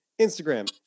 Instagram